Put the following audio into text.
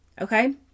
Okay